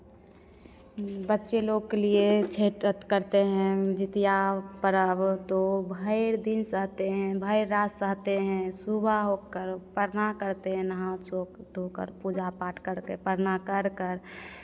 बच्चे लोग के लिए छठ व्रत करते हैं जितिया पर्व तो भर दिन सहते हैं भर रात सहते हैं सुबह होकर परना करते हैं नहा धो कर पूजा पाठ करके परना कर कर